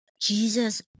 Jesus